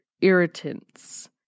irritants